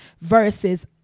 versus